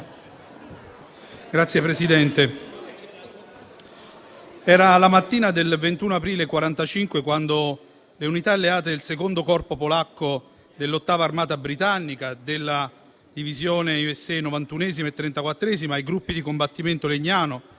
era la mattina del 21 aprile 1945 quando le unità alleate del II corpo polacco, dell'VIII Armata britannica, della Divisione USA 91ª e 34a, dei gruppi di combattimento Legnano,